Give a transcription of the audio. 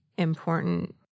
important